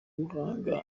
ubuhanga